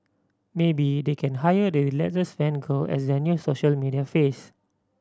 maybe they can hire the relentless fan girl as their new social media face